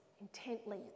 intently